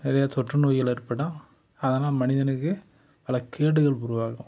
நிறையா தொற்று நோய்கள் ஏற்படும் அதெல்லாம் மனிதனுக்கு பல கேடுகள் உருவாகும்